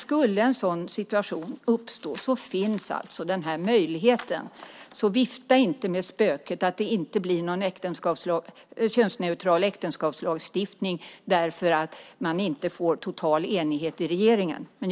Skulle en sådan situation uppstå finns alltså den här möjligheten, så vifta inte med spöket att det inte blir någon könsneutral äktenskapslagstiftning för att man inte får total enighet i regeringen.